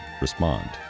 respond